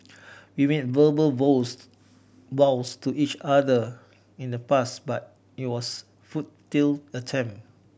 we made verbal vows to each other in the past but it was futile attempt